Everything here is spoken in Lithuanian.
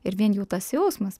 ir vien jau tas jausmas